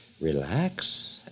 relax